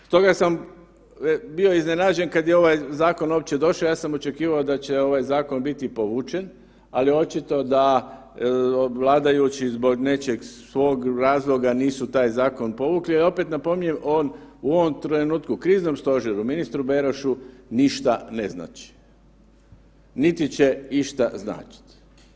Stoga sam bio iznenađen kad je ovaj zakon uopće došao, ja sam očekivao da će ovaj zakon biti povučen, ali očito da vladajući zbog nečeg svog razloga nisu taj zakon povukli jer opet, napominjem, u ovom trenutku u kriznom stožeru ministru Berošu ništa ne znači niti će išta značiti.